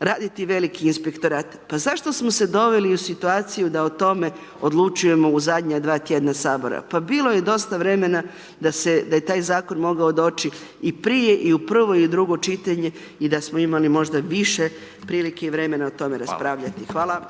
raditi veliki inspektorat, pa zašto smo se doveli u situaciju da o tome odlučujemo u zadnja dva tjedna sabora, pa bilo je dosta vremena da je taj zakon mogao doći i prije i u prvo i u drugo čitanje i da smo imali možda više prilike i vremena o tome raspravljati. Hvala.